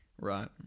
right